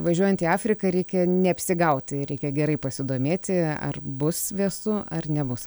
važiuojant į afriką reikia neapsigauti reikia gerai pasidomėti ar bus vėsu ar nebus